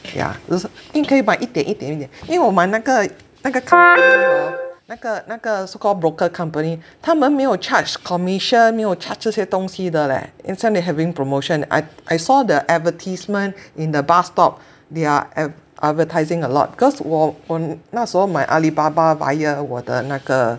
yeah this 因为可以买一点一点一点因为我们那个那个那个那个 so called broker company 他们没有 charge commision 没有 charge 这些东西的 leh in fact they having promotion I I saw the advertisement in the bus stop they are advertising a lot because 我我那时候买 Alibaba via 我的那个